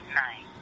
nine